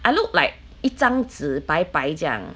I look like 一张纸白白这样